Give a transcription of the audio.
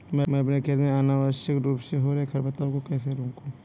मैं अपने खेत में अनावश्यक रूप से हो रहे खरपतवार को कैसे रोकूं?